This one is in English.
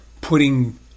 Putting